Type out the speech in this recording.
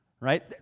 right